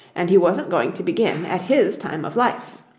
and he wasn't going to begin at his time of life.